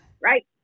right